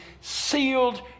sealed